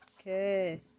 Okay